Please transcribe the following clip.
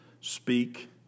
speak